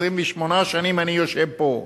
28 שנים אני יושב פה,